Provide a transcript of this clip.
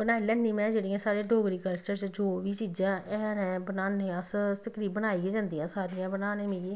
बनाई लैन्नी जेह्ड़ी साढ़े डोगरी कलचर च जो बी चीजां हैन न बनान्ने अस तकरीबन आई गै जंदियां बनाना मिगी